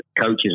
coaches